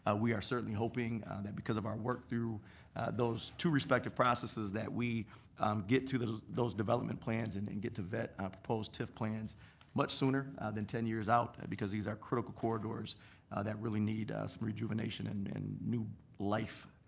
ah we are certainly hoping that because of our work through those two respective processes that we get to those development plans and and get to vet ah proposed tif plans much sooner than ten years out. because these are critical corridors that really need some rejuvenation, and and new life,